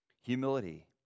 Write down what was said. Humility